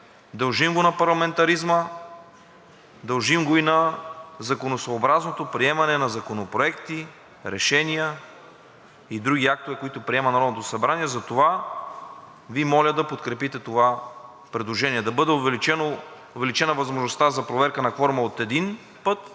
дължим го на парламентаризма, дължим го и на законосъобразното приемане на законопроекти, решения и други актове, които приема Народното събрание. Затова Ви моля да подкрепите това предложение – да бъде увеличена възможността за проверка на кворума от един на